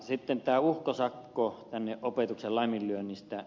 sitten tämä uhkasakko opetuksen laiminlyönnistä